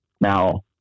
Now